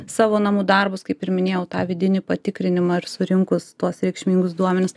savo namų darbus kaip ir minėjau tą vidinį patikrinimą ir surinkus tuos reikšmingus duomenis